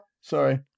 sorry